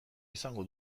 izango